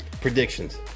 predictions